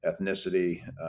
ethnicity